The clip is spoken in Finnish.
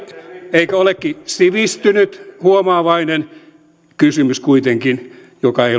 eikö olekin sivistynyt huomaavainen kysymys kuitenkin joka ei